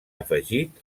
afegit